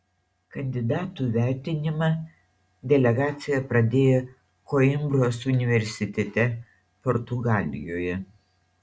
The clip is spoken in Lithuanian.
kandidatų vertinimą delegacija pradėjo koimbros universitete portugalijoje